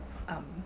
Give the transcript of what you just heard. um